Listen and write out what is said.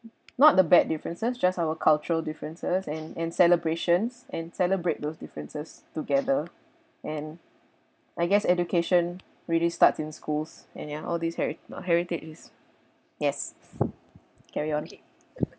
not the bad differences just our cultural differences and and celebrations and celebrate those differences together and I guess education really starts in schools and are all these heri~ no heritage is yes carry on